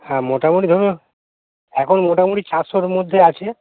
হ্যাঁ মোটামুটি ধরুন এখন মোটামুটি চারশোর মধ্যে আছে